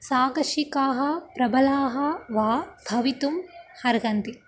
साकर्षिकाः प्रबलाः वा भवितुं अर्हन्ति